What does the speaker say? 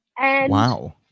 Wow